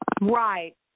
Right